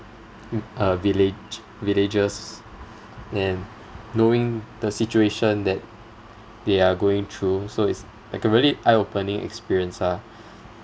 uh village villages and knowing the situation that they are going through so it's like a really eye opening experience lah